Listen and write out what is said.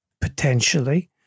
potentially